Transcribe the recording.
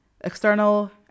External